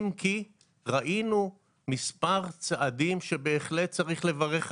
אם כי ראינו מספר צעדים שבהחלט צריך לברך עליהם,